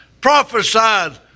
prophesied